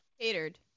Catered